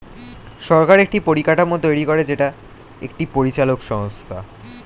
সরকার একটি পরিকাঠামো তৈরী করে যেটা একটি পরিচালক সংস্থা